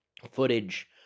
footage